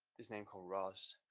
his name called ross,